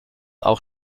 auch